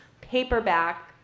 paperback